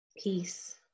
peace